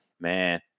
Man